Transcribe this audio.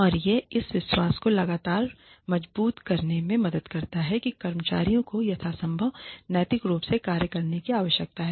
और यह इस विश्वास को लगातार मजबूत करने में मदद करता है कि कर्मचारियों को यथासंभव नैतिक रूप से कार्य करने की आवश्यकता है